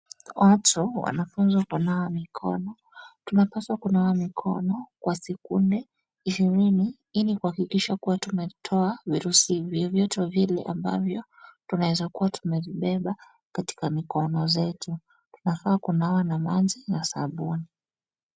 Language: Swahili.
Watu wanafunzwa kunawa mikono. Tunapaswa kunawa mikono kwa sekunde ishirini ili kuhakikisha kuwa tumetoa virusi vyovyote vile ambavyo tunaweza kuwa tumezibeba katika mikono zetu. Tunafaa kunawa na maji na sabuni.